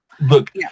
Look